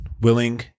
willing